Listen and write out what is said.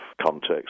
context